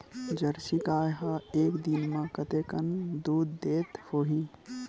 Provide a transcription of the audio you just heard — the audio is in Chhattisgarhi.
जर्सी गाय ह एक दिन म कतेकन दूध देत होही?